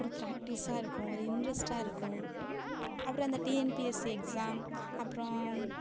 ஒரு பிராக்டீஸாக இருக்கும் ஒரு இன்ட்ரெஸ்ட்டாக இருக்கும் அப்புறம் அந்த டிஎன்பிஎஸ்சி எக்ஸாம் அப்றம்